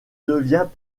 devient